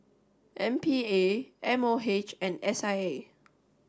M P A M O H and S I A